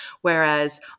Whereas